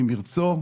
ממרצו,